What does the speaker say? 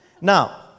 Now